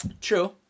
True